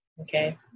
Okay